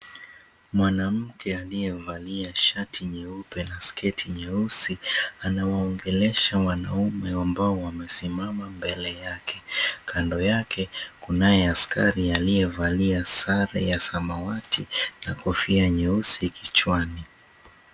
Mwanamke aliyevalia shati nyeupe na sketi nyeusi anawaongelelesha wanaume ambao wamesimama mbele yake. Kando yake kunaye askari aliyevalia sare ya samawati na kofia nyeusi kichwani.